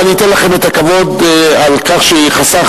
ואני אתן לכם את הכבוד על כך שחסכתם,